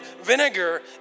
vinegar